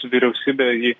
vyriausybė ji